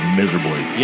miserably